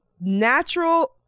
natural